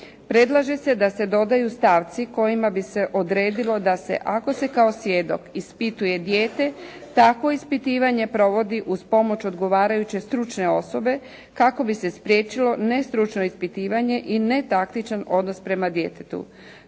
Predlaže se da se dodaju stavci kojima bi se odredilo da se ako se kao svjedok ispituje dijete, takvo ispitivanje provodi uz pomoć odgovarajuće stručne osobe kako bi se spriječilo nestručno ispitivanje i netaktičan odnos prema djetetu.